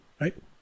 right